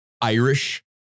Irish